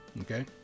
okay